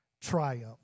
triumph